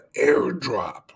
airdrop